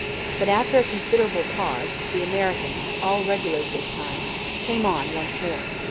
but, after a considerable pause, the americans all regulars this time came on once more.